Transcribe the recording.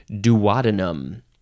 duodenum